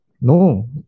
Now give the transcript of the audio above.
no